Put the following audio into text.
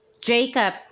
Jacob